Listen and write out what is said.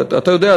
אתה יודע,